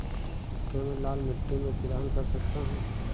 क्या मैं लाल मिट्टी में तिलहन कर सकता हूँ?